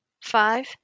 Five